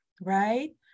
Right